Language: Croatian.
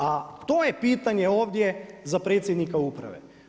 A to je pitanje ovdje za predsjednika uprave.